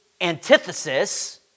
antithesis